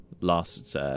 last